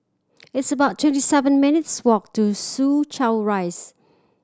it's about twenty seven minutes' walk to Soo Chow Rise